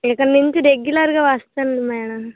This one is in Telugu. ఇక నుంచి రెగ్యులర్ గా వస్తాను మేడం